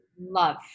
Love